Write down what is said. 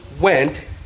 went